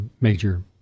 major